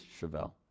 Chevelle